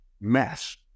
mess